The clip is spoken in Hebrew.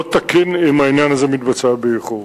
לא תקין אם העניין הזה מתבצע באיחור.